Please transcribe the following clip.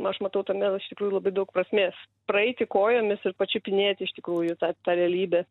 aš matau tame iš tikrųjų labai daug prasmės praeiti kojomis ir pačiupinėti tikrųjų tą tą realybę